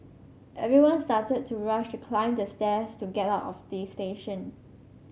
everyone started to rush to climb the stairs to get out of the station